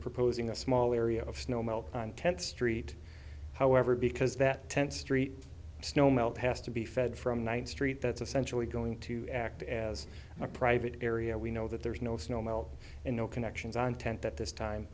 proposing a small area of snow melt on tenth street however because that tenth street snow melt has to be fed from ninth street that's essentially going to act as a private area we know that there's no snow melt and no connections on tenth at this time